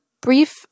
brief